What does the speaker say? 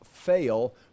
fail